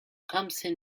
ramsey